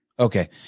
Okay